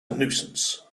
nuisance